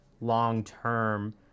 long-term